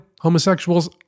homosexuals